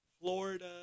Florida